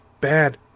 bad